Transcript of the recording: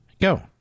go